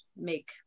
make